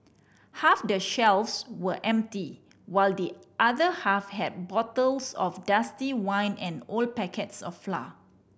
half the shelves were empty while the other half had bottles of dusty wine and old packets of flour